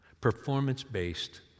performance-based